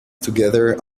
together